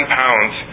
pounds